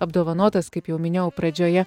apdovanotas kaip jau minėjau pradžioje